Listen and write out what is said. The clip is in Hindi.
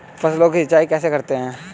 फसलों की सिंचाई कैसे करते हैं?